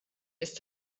ist